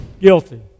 Guilty